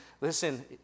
Listen